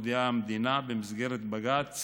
הודיעה המדינה במסגרת בג"ץ